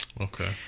Okay